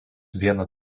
viena